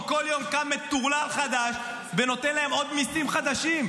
כי כל יום קם מטורלל חדש ונותן להם עוד מיסים חדשים.